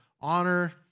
honor